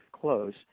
close